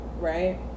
right